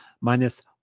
minus